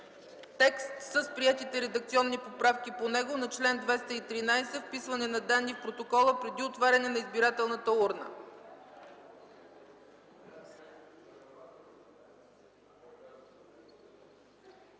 текст с приетите редакционни поправки по него на чл. 213 – „Вписване на данни в протокола преди отваряне на избирателната урна”.